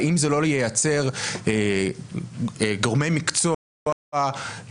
האם זה לא ייצר גורמי מקצוע כנועים,